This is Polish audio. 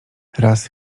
raz